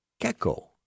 Gecko